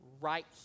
right